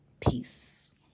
Peace